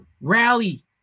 rally